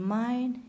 mind